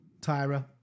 Tyra